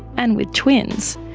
and with twins,